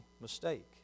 mistake